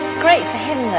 great for him,